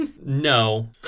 no